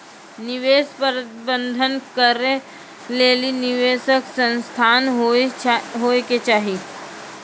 निवेश प्रबंधन करै लेली निवेशक संस्थान होय के चाहि